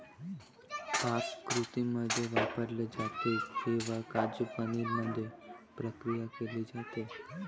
पाककृतींमध्ये वापरले जाते किंवा काजू पनीर मध्ये प्रक्रिया केली जाते